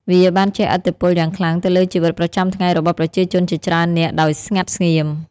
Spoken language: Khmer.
វាបានជះឥទ្ធិពលយ៉ាងខ្លាំងទៅលើជីវិតប្រចាំថ្ងៃរបស់ប្រជាជនជាច្រើននាក់ដោយស្ងាត់ស្ងៀម។